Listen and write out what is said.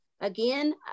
again